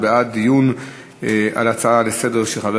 הוא בעד דיון בהצעה לסדר-היום של חבר